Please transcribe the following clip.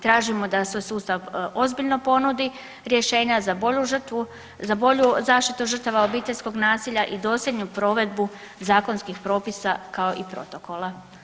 Tražimo da se u sustav ozbiljno ponudi rješenja za bolju žrtvu, za bolju zaštitu žrtava obiteljskog nasilja i dosljednu provedbu zakonskih propisa kao i protokola.